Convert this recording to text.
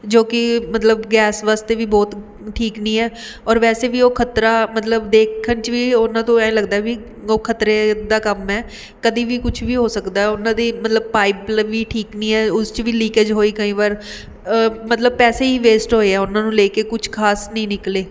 ਜੋ ਕਿ ਮਤਲਬ ਗੈਸ ਵਾਸਤੇ ਵੀ ਬਹੁਤ ਠੀਕ ਨਹੀਂ ਹੈ ਔਰ ਵੈਸੇ ਵੀ ਉਹ ਖ਼ਤਰਾ ਮਤਲਬ ਦੇਖਣ 'ਚ ਵੀ ਉਹਨਾਂ ਤੋਂ ਐਂ ਲੱਗਦਾ ਵੀ ਉਹ ਖ਼ਤਰੇ ਦਾ ਕੰਮ ਹੈ ਕਦੀ ਵੀ ਕੁਛ ਵੀ ਹੋ ਸਕਦਾ ਉਹਨਾਂ ਦੀ ਮਤਲਬ ਪਾਈਪ ਲ ਵੀ ਠੀਕ ਨਹੀਂ ਹੈ ਉਸ 'ਚ ਵੀ ਲੀਕੇਜ ਹੋਈ ਕਈ ਵਾਰ ਮਤਲਬ ਪੈਸੇ ਹੀ ਵੇਸਟ ਹੋਏ ਆ ਉਹਨਾਂ ਨੂੰ ਲੈ ਕੇ ਕੁਛ ਖ਼ਾਸ ਨਹੀਂ ਨਿਕਲੇ